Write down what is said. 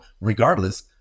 Regardless